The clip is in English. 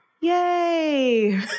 Yay